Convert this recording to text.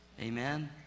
Amen